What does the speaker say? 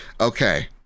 okay